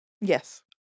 Yes